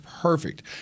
perfect